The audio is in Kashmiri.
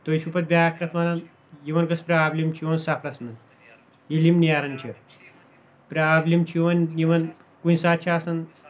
تُہۍ چھِو پَتہٕ بیاکھ کَتھ وَنان یِمن کوٚس پرابلِم چھ یِوان سفرَس منٛز ییٚلہِ یِم نیران چھِ پرابلِم چھِ یِوان یِوان کُنہِ ساتہٕ چھِ آسان